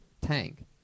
tank